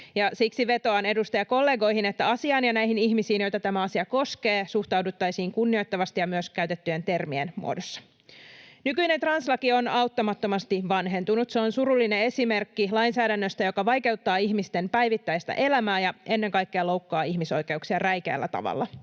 siksi vetoan edustajakollegoihin, että asiaan ja näihin ihmisiin, joita tämä asia koskee, suhtauduttaisiin kunnioittavasti myös käytettyjen termien muodossa. Nykyinen translaki on auttamattomasti vanhentunut. Se on surullinen esimerkki lainsäädännöstä, joka vaikeuttaa ihmisten päivittäistä elämää ja ennen kaikkea loukkaa ihmisoikeuksia räikeällä tavalla.